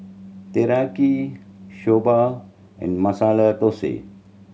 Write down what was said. Teriyaki Soba and Masala Dosa